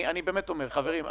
אני באמת אומר, חברים.